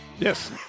Yes